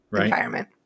environment